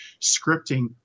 scripting